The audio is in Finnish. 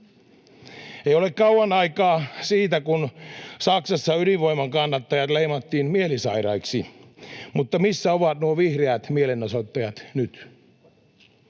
Ei ole kauan aikaa siitä, kun Saksassa ydinvoiman kannattajat leimattiin mielisairaiksi, mutta missä ovat nuo vihreät mielenosoittajat nyt?